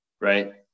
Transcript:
right